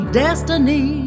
destiny